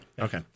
Okay